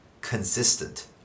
consistent